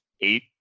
eight